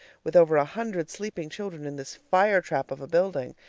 with over a hundred sleeping children in this firetrap of a building.